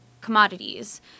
commodities